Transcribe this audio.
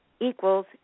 equals